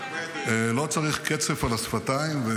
לא צריך קצף על השפתיים.